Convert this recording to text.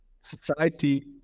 society